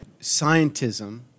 Scientism